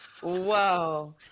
whoa